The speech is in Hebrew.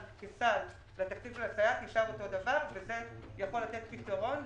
התקציב של הסייעת יישאר אותו הדבר וזה יכול לתת פתרון לבעיה.